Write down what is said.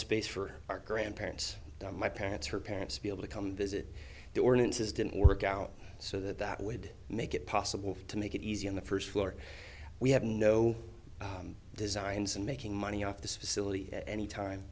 space for our grandparents my parents her parents to be able to come visit the ordinances didn't work out so that would make it possible to make it easy on the first floor we have no designs and making money off this facility at any time